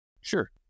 Sure